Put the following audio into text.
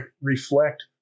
reflect